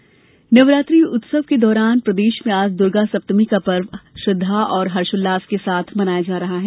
दुर्गा पूजा नवरात्रि उत्सव के दौरान प्रदेश में आज दुर्गा सप्तमी का पर्व श्रद्धा और हर्षोल्लास के साथ मनाया जा रहा है